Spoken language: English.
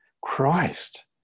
christ